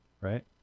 right